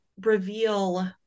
reveal